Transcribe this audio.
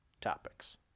topics